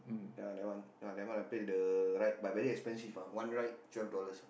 ya that one uh that one I play the ride but very expensive ah one ride twelve dollars ah